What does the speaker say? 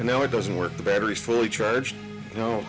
no it doesn't work the battery fully charged you know